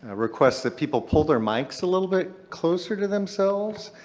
ah request that people pull their mics a little bit closer to themselves,